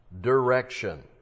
direction